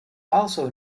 also